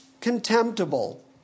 contemptible